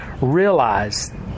realize